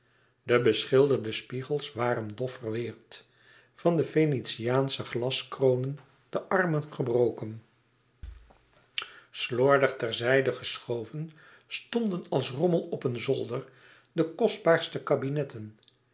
de beschilderde spiegels waren dof verweerd van de venetiaansche glaskronen de armen gebroken slordig ter zijde geschoven stonden als rommel op een zolder de kostbaarste kabinetten